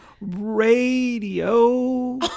Radio